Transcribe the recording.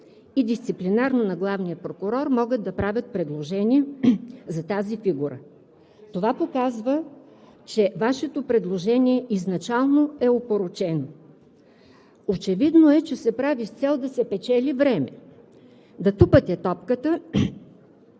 и дисциплинарно на главния прокурор, могат да правят предложение за тази фигура. Това показва, че Вашето предложение изначално е опорочено. Очевидно е, че се прави с цел да се печели време, да тупате топката,